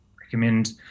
recommend